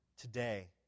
today